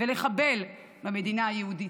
ולחבל במדינה היהודית.